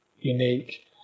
unique